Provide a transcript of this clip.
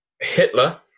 Hitler